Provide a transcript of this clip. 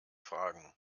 fragen